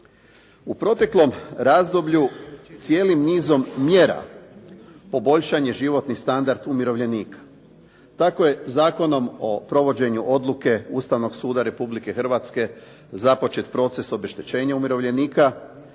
U proteklom razdoblju, cijelim nizom mjera, poboljšan je životni standard umirovljenika. Tako je Zakonom o provođenju odluke Ustavnog suda Republike Hrvatske započet proces obeštećenja umirovljenika,